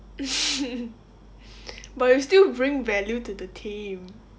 but you still bring value to the team